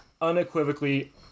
unequivocally